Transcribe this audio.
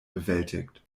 bewältigt